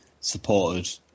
supported